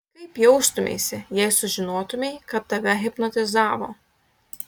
kaip jaustumeisi jei sužinotumei kad tave hipnotizavo